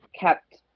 kept